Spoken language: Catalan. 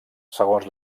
segons